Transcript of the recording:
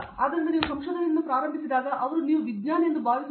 ಆದ್ದರಿಂದ ನೀವು ಸಂಶೋಧನೆಯನ್ನು ಪ್ರಾರಂಭಿಸಿದಾಗ ಅವರು ನೀವು ವಿಜ್ಞಾನಿ ಎಂದು ಭಾವಿಸುತ್ತಾರೆ